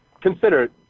consider